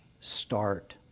start